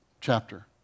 chapter